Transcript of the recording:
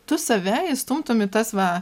tu save įstumtum į tas va